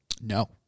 No